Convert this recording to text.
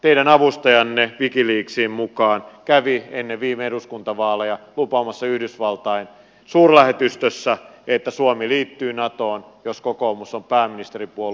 teidän avustajanne wikileaksin mukaan kävi ennen viime eduskuntavaaleja lupaamassa yhdysvaltain suurlähetystössä että suomi liittyy natoon jos kokoomus on pääministeripuolue